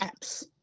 apps